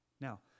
Now